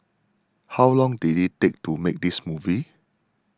how long did it take to make this movie